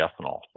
ethanol